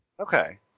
Okay